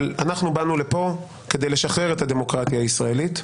אבל אנחנו באנו לפה כדי לשחרר את הדמוקרטיה הישראלית,